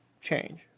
change